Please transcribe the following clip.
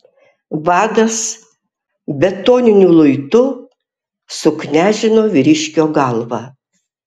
vadas betoniniu luitu suknežino vyriškio galvą